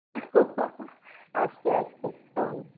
अस्तु अस्तु आम्